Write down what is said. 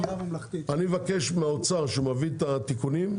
אני מבקש מדניאל מהאוצר, כשהוא מביא את התיקונים,